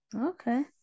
okay